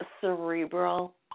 cerebral